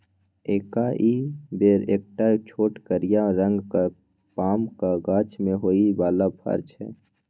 एकाइ बेरी एकटा छोट करिया रंगक पामक गाछ मे होइ बला फर छै